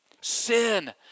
sin